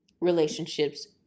relationships